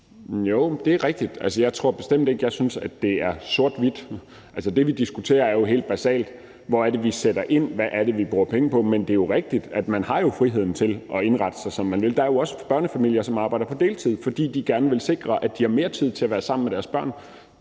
Jo, det er rigtigt. Altså, jeg tror bestemt ikke, jeg synes, at det er sort-hvidt. Det, vi diskuterer, er jo helt basalt, hvor det er, vi sætter ind, hvad det er, vi bruger penge på. Men det er jo rigtigt, at man har friheden til at indrette sig, som man vil. Der er jo også børnefamilier, hvor forældrene arbejder på deltid, fordi de gerne vil sikre, at de har mere tid til at være sammen med deres børn,